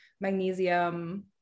magnesium